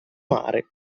mare